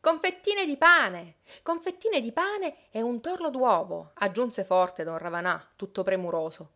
con fettine di pane con fettine di pane e un torlo d'uovo aggiunse forte don ravanà tutto premuroso